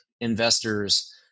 investors